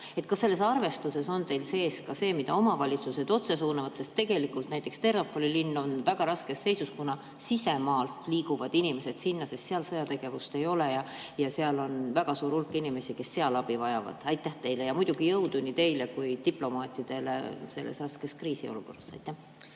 kohta. Kas selles arvestuses on teil sees ka raha, mida omavalitsused otse on suunanud? Tegelikult näiteks Ternopili linn on väga raskes seisus, kuna sisemaalt liiguvad inimesed sinna, sest seal sõjategevust ei ole. Seal on väga suur hulk inimesi, kes abi vajavad. Aitäh teile ja muidugi jõudu nii teile kui ka diplomaatidele selles raskes kriisiolukorras! Suur